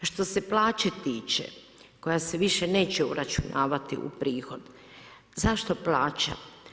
Što se plaće tiče koja se više neće uračunavati u prihod zašto plaća?